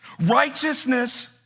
Righteousness